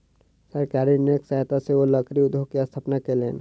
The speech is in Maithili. सरकारी ऋणक सहायता सॅ ओ लकड़ी उद्योग के स्थापना कयलैन